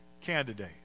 candidate